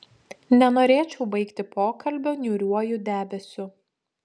nenorėčiau baigti pokalbio niūriuoju debesiu